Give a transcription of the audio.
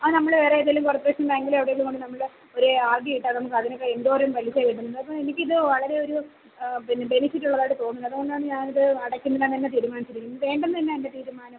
അത് നമ്മള് വേറേതേലും കോർപ്പറേഷൻ ബേങ്കിലോ എവിടേലും കൊണ്ടുപോയി നമ്മള് ഒരു ആർ ഡി ഇട്ടാല് നമ്മള്ക്കതിനൊക്കെ എന്തോരം പലിശ കിട്ടും അപ്പോള് എനിക്കിത് വളരെയൊരു ബെനിഫിറ്റുള്ളതായിട്ട് തോന്നില്ല അതുകൊണ്ടാണ് ഞാനിത് അടയ്ക്കുന്നില്ല എന്നുതന്നെ തീരുമാനിച്ചിരിക്കുന്നത് വേണ്ടെന്നതന്നെയാണ് എൻ്റെ തീരുമാനം